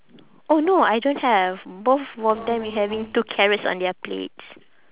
oh no I don't have both of them is having two carrots on their plates